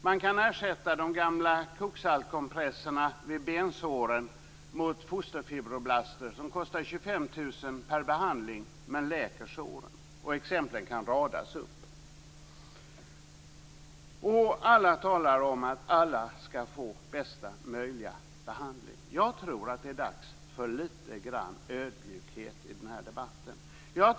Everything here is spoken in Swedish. Man kan ersätta de gamla koksaltkompresserna mot bensår med fosterfibroblaster som kostar 25 000 kr per behandling, men som läker såren. Exemplen kan radas upp. Alla talar om att alla skall få bästa möjliga behandling. Jag tror att det är dags för lite grann ödmjukhet i den här debatten.